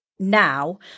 Now